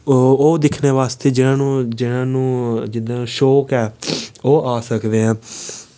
ओह् दिक्खने बास्तै जि''नें गी जि'नें गी शौक ऐ ओह् आई सकदे ऐ